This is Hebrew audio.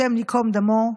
השם ייקום דמו,